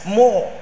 more